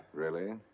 really?